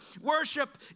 Worship